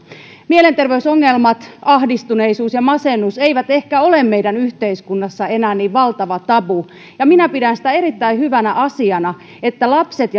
mielenterveysongelmat ahdistuneisuus ja masennus eivät ehkä ole meidän yhteiskunnassamme enää niin valtava tabu ja minä pidän sitä erittäin hyvänä asiana että lapset